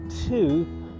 Two